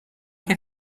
che